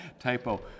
typo